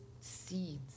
seeds